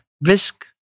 Risk